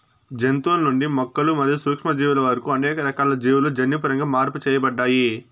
జంతువుల నుండి మొక్కలు మరియు సూక్ష్మజీవుల వరకు అనేక రకాల జీవులు జన్యుపరంగా మార్పు చేయబడ్డాయి